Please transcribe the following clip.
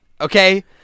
okay